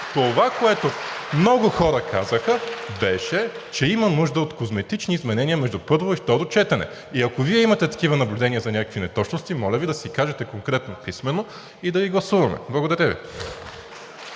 Това, което много хора казаха, беше, че има нужда от козметични изменения между първо и второ четене. И ако Вие имате такива наблюдения за някакви неточности, моля Ви да ги кажете конкретно писмено и да ги гласуваме. Благодаря Ви.